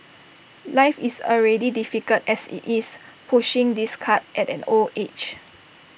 life is already difficult as IT is pushing this cart at an old age